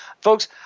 folks